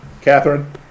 Catherine